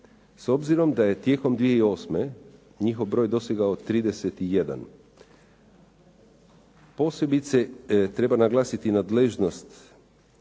s obzirom da je tijekom 2008. njihov broj dostigao 31. Posebice treba naglasiti nadležnost